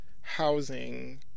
housing